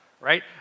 right